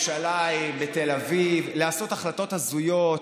בירושלים, בתל אביב, לקבל החלטות הזויות,